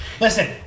Listen